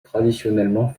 traditionnellement